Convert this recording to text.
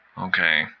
Okay